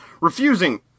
refusing